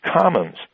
commons